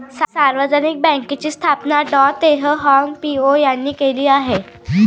सार्वजनिक बँकेची स्थापना डॉ तेह हाँग पिओ यांनी केली आहे